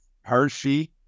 Hershey